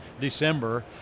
December